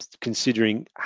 considering